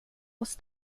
oss